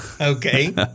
Okay